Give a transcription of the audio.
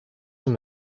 him